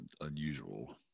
unusual